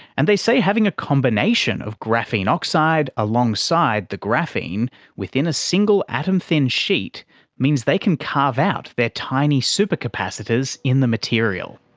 and they say having a combination of graphene oxide alongside the graphene within a single atom-thin sheet means they can carve out their tiny super capacitors in the material.